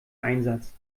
einsatz